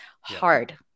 hard